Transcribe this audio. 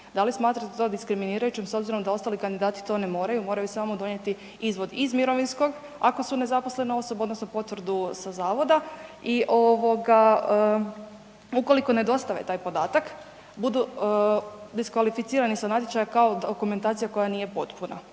Da li smatrate to diskriminirajućim s obzirom da ostali kandidati to ne moraju, moraju samo donijeti izvod iz mirovinskog ako su nezaposlena osoba odnosno potvrdu sa zavoda i ovoga ukoliko ne dostave taj podatak budu diskvalificirani sa natječaja kao dokumentacija koja nije potpuna.